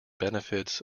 benefits